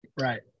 Right